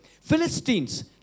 Philistines